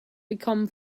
become